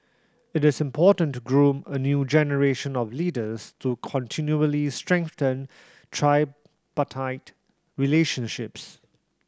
it is important to groom a new generation of leaders to continually strengthen tripartite relationships